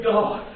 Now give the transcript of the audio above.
God